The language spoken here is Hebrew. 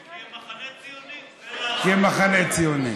הם נקראים "מחנה ציוני", ואתה, כן, מחנה ציוני.